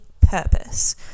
purpose